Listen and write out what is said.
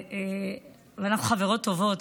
שטה ואנחנו חברות טובות,